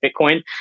Bitcoin